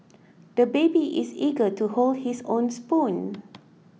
the baby is eager to hold his own spoon